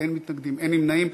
אין מתנגדים, אין נמנעים.